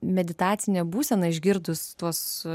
meditacinė būsena išgirdus tuos